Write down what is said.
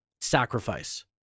sacrifice